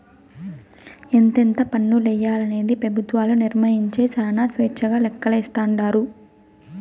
ఎంతెంత పన్నులెయ్యాలనేది పెబుత్వాలు నిర్మయించే శానా స్వేచ్చగా లెక్కలేస్తాండారు